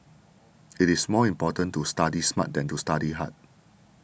it is more important to study smart than to study hard